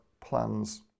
plans